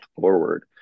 forward